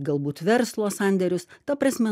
galbūt verslo sandėrius ta prasme